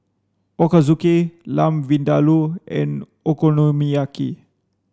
Ochazuke Lamb Vindaloo and Okonomiyaki